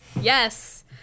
yes